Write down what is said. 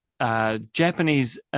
Japanese